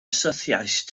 syrthiaist